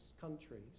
countries